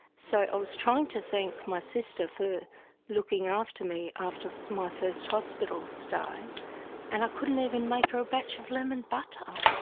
so i was trying to thank my sister for looking after me after my first hospital stay and i couldn't even make her a batch of lemon butter.